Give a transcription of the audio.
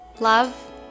love